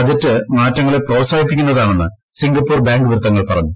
budget മാറ്റങ്ങളെ പ്രോത്സാഹിപ്പിക്കുന്നതാണെന്ന് Singapore bank വൃത്തങ്ങൾ പറഞ്ഞു